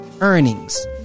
earnings